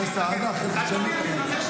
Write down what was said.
חבר הכנסת